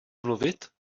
mluvit